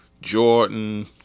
Jordan